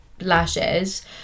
lashes